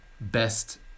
best